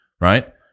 right